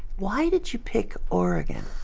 why did you pick oregon?